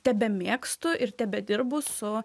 tebemėgstu ir tebedirbu su